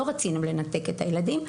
לא רצינו לנתק את הילדים,